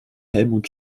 helmut